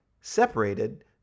separated